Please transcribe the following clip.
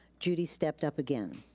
judy stepped up again.